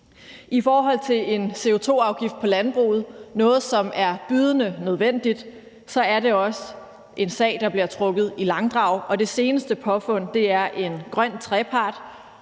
I forhold til en CO2-afgift på landbruget – noget, som er bydende nødvendigt – er det også en sag, der bliver trukket i langdrag. Det seneste påfund er en grøn